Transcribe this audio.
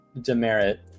demerit